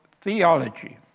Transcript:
theology